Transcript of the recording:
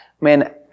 man